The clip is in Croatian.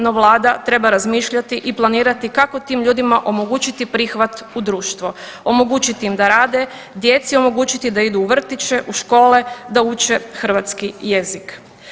No, Vlada treba razmišljati i planirati kako tim ljudima omogućiti prihvat u društvo, omogućiti im da rade, djeci omogućiti da idu u vrtiće, u škole, da uče hrvatski jezik.